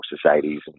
societies